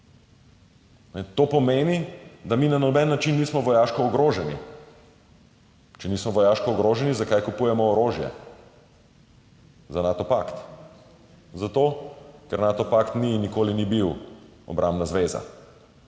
To pomeni, da mi na noben način nismo vojaško ogroženi. Če nismo vojaško ogroženi, zakaj kupujemo orožje za Nato pakt? Zato ker Nato pakt ni in nikoli ni bil obrambna zveza.